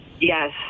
Yes